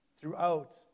throughout